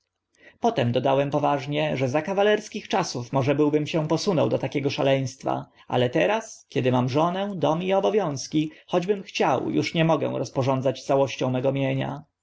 potem dodałem poważnie że za kawalerskich czasów może byłbym się posunął do takiego szaleństwa ale teraz kiedy mam żonę dom i obowiązki choćbym chciał uż nie mogę rozporządzać całością mego mienia